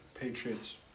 Patriots